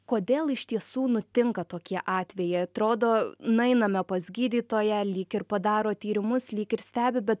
kodėl iš tiesų nutinka tokie atvejai atrodo nueiname pas gydytoją lyg ir padaro tyrimus lyg ir stebi bet